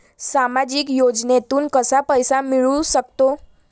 सामाजिक योजनेतून कसा पैसा मिळू सकतो?